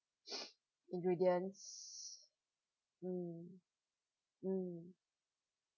ingredients mm mm